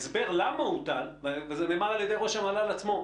ההסבר למה הוטל וזה נאמר על ידי ראש המל"ל עצמו,